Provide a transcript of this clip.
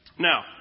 Now